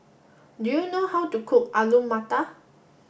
do you know how to cook Alu Matar